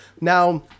Now